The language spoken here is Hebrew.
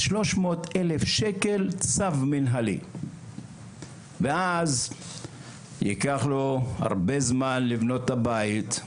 300,000 שקל צו מינהלי ואז ייקח לו הרבה זמן לבנות את הבית.